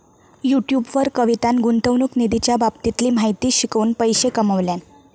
YouTube वर कवितान गुंतवणूक निधीच्या बाबतीतली माहिती शिकवून पैशे कमावल्यान